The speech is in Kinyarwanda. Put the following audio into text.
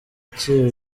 akiba